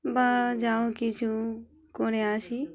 বা যা হোক কিছু করে আসি